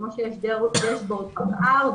כמו שיש דש-בורד פקע"ר,